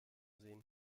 sehen